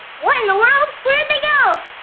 what in the world? where'd they go?